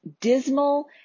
dismal